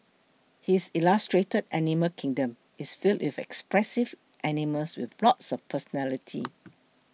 his illustrated animal kingdom is filled with expressive animals with lots of personality